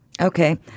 Okay